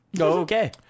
Okay